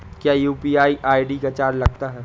क्या UPI ID का charge लगता है?